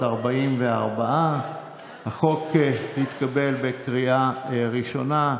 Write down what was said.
את 44. החוק התקבל בקריאה ראשונה.